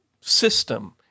system